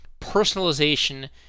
personalization